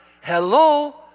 Hello